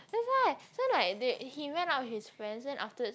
that's why so like they he went out with his friends then afterwards